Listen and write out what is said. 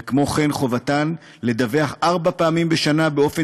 וכמו כן חובתן לדווח ארבע פעמים בשנה באופן